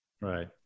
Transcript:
Right